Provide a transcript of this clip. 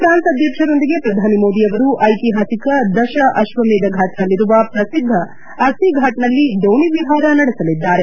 France ಅಧ್ಯಕ್ಷರೊಂದಿಗೆ ಪ್ರಧಾನಿ ಮೋದಿಯವರು ಐತಿಹಾಸಿಕ ದಶ ಅಶ್ವಮೇಧ ಫಾಟ್ನಲ್ಲಿರುವ ಪ್ರಸಿದ್ಧ ಅಸ್ಸಿ ಫಾಟ್ನಲ್ಲಿ ದೋಣಿ ವಿಹಾರ ನಡೆಸಲಿದ್ದಾರೆ